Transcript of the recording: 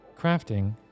crafting